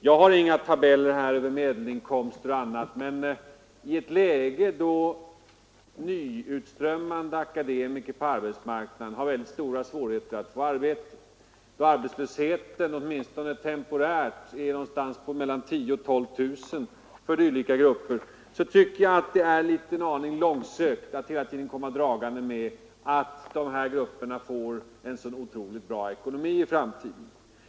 Jag har inga tabeller över medelinkomster och annat, men i ett läge då nyutbildade akademiker har mycket svårt att få arbete, då arbetslösheten ligger på mellan tio och tolv tusen för dessa grupper, tycker jag det är långsökt att hela tiden komma dragande med påståendet att dessa grupper får en så otroligt bra ekonomi i framtiden.